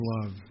love